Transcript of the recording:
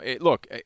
look